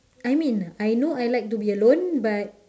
I mean I know I like to be alone but